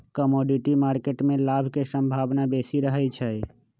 commodity market में लाभ के संभावना बेशी रहइ छै